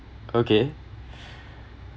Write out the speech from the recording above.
okay